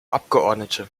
abgeordnete